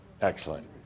Excellent